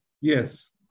Yes